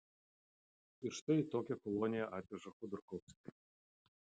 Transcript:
ir štai į tokią koloniją atveža chodorkovskį